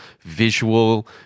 visual